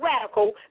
radical